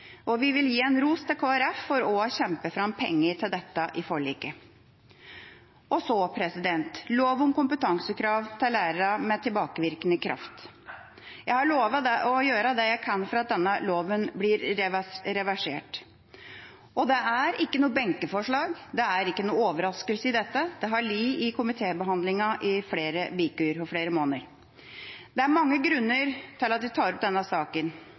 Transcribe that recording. Vi vil gi en ros til Kristelig Folkeparti for å ha kjempet fram penger til dette i forliket. Lov om kompetansekrav med tilbakevirkende kraft: Jeg har lovet å gjøre det jeg kan for at denne loven blir reversert. Det er ikke noe benkeforslag, og det er ingen overraskelse i dette, for det har vært til komitébehandling i flere uker – og måneder. Det er mange grunner til at vi tar opp denne saken,